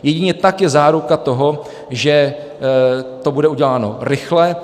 Jedině tak je záruka toho, že to bude uděláno rychle.